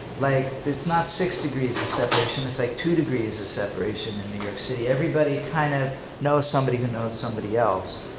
like it's not six degrees of separation, it's like two degrees of separation in new york city. everybody kind of knows somebody who knows somebody else.